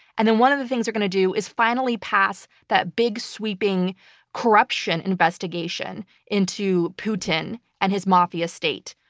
and then one of the things you're gonna do is finally pass that big sweeping corruption investigation into putin and his mafia state,